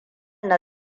na